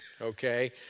okay